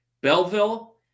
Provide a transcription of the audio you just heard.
Belleville